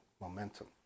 momentum